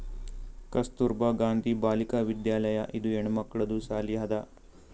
ಕಸ್ತೂರ್ಬಾ ಗಾಂಧಿ ಬಾಲಿಕಾ ವಿದ್ಯಾಲಯ ಇದು ಹೆಣ್ಮಕ್ಕಳದು ಸಾಲಿ ಅದಾ